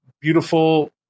beautiful